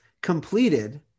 completed